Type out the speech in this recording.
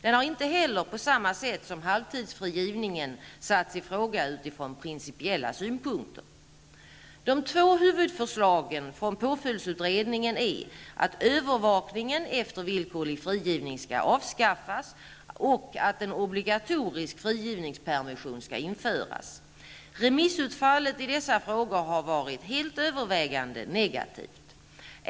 Den har inte heller på samma sätt som halvtidsfrigivningen satts i fråga utifrån principiella synpunkter. De två huvudförslagen från påföljdsutredningen är att övervakningen efter villkorlig frigivning skall avskaffas och att en obligatorisk frigivningspersmission skall införas. Remissutfallet i dessa frågor har varit helt övervägande negativt.